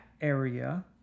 area